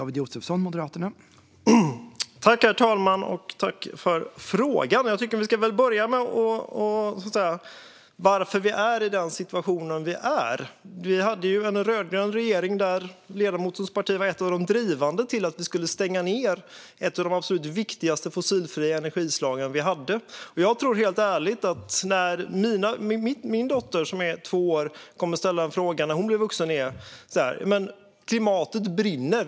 Herr talman! Jag tackar för frågan. Jag tycker att vi ska börja med att tala om varför vi är i den situation som vi är. Vi hade ju en rödgrön regering där ledamotens parti var ett av de drivande i att vi skulle stänga ned ett av de absolut viktigaste fossilfria energislagen som vi hade. Jag tror helt ärligt att när min dotter, som är två år, blir vuxen kommer hon att säga: Men klimatet brinner.